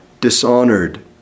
dishonored